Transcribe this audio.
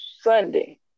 Sunday